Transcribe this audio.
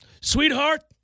Sweetheart